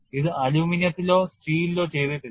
ഇത് അലുമിനിയത്തിലോ സ്റ്റീലിലോ ചെയ്തിട്ടില്ല